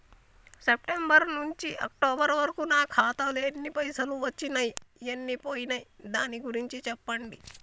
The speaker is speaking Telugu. సెప్టెంబర్ నుంచి అక్టోబర్ వరకు నా ఖాతాలో ఎన్ని పైసలు వచ్చినయ్ ఎన్ని పోయినయ్ దాని గురించి చెప్పండి?